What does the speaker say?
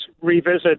revisit